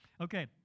Okay